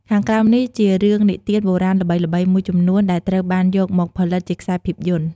ខាងក្រោមនេះជារឿងនិទានបុរាណល្បីៗមួយចំនួនដែលត្រូវបានយកមកផលិតជាខ្សែភាពយន្ត។